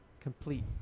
complete